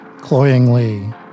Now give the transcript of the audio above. cloyingly